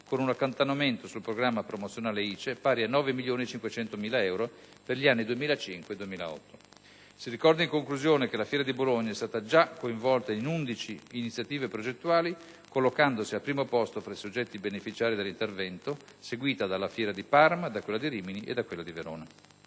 (con un accantonamento sul programma promozionale ICE pari a 9.500.000 euro per gli anni 2005‑2008). Si ricorda, in conclusione, che la fiera di Bologna è stata già coinvolta in 11 iniziative progettuali, collocandosi al primo posto tra i soggetti beneficiari dell'intervento, seguita dalla fiera di Parma, da quella di Rimini e da quella di Verona.